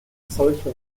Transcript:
solche